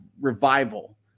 revival